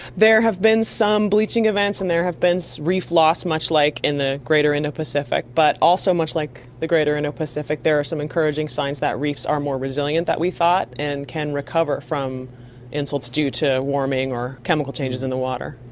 there have been some bleaching events and there has been so reef loss, much like in the greater indo pacific, but also much like the greater indo pacific there are some encouraging signs that reefs are more resilient than we thought and can recover from insults due to warming or chemical changes in the water.